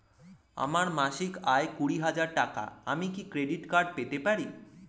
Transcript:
আমার মাসিক আয় কুড়ি হাজার টাকা আমি কি ক্রেডিট কার্ড পেতে পারি?